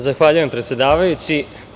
Zahvaljujem, predsedavajući.